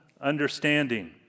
understanding